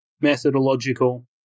methodological